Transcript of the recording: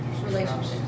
Relationship